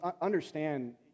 understand